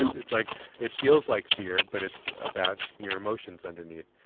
it's like it feels like fear, but it's about your emotions underneath.